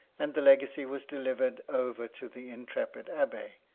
and the legacy was delivered over to the intrepid a b